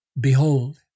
Behold